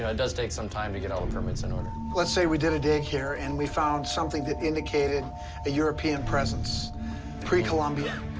does take some time to get all the permits in order. let's say we did a dig here, and we found something that indicated a european presence pre-columbia.